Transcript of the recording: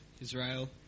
Israel